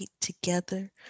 together